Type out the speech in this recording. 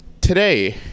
today